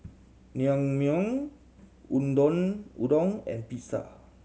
Naengmyeon Udon and Pizza